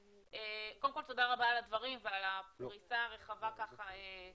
קודם כל תודה רבה על הדברים ועל הפריסה הרחבה של